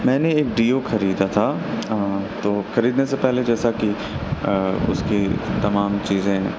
میں نے ایک ڈیو خریدا تھا تو خریدنے سے پہلے جیسا کہ اس کی تمام چیزیں